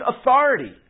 authority